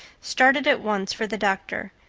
started at once for the doctor,